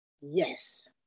yes